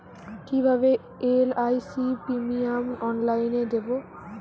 কিভাবে LIC premium অনলাইনে দেবো?